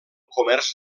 comerç